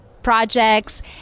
projects